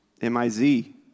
M-I-Z